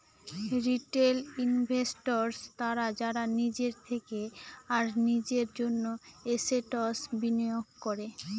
retail investors তারা যারা নিজের থেকে আর নিজের জন্য এসেটস বিনিয়োগ করে